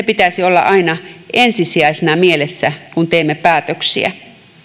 pitäisi olla aina ensisijaisena mielessä kun teemme päätöksiä